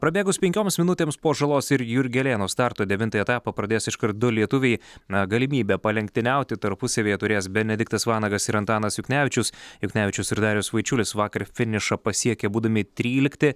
prabėgus penkioms minutėms po žalos ir jurgelėno starto devintąjį etapą pradės iškart du lietuviai na galimybę palenktyniauti tarpusavyje turės benediktas vanagas ir antanas juknevičius juknevičius ir darius vaičiulis vakar finišą pasiekė būdami trylikti